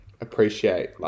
appreciate